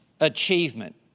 achievement